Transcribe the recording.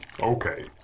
Okay